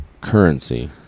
currency